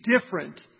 different